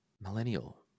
millennial